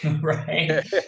right